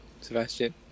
Sebastian